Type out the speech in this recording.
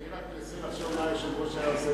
אני רק מנסה לחשוב מה היושב-ראש היה עושה